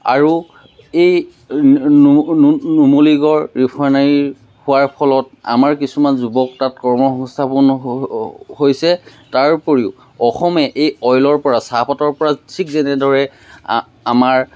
আৰু এই নুমলীগড় ৰিফাইনাৰী হোৱাৰ ফলত আমাৰ কিছুমান যুৱক তাত কৰ্ম সংস্থাপন হৈছে তাৰ উপৰিও অসমে এই অইলৰ পৰা চাহপাতৰ পৰা ঠিক যেনেদৰে আমাৰ